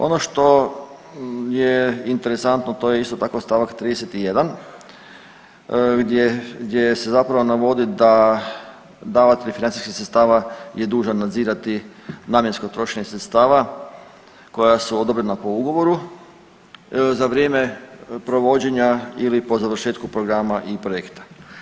Ono što je interesantno to je isto tako stavak 31. gdje se zapravo navodi da davatelj financijskih sredstava je dužan nadzirati namjensko trošenje sredstava koja su odobrena po ugovoru za vrijeme provođenja ili po završetku programa i projekta.